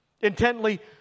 Intently